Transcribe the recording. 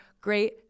great